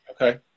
Okay